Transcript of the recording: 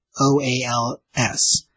O-A-L-S